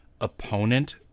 opponent